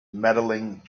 medaling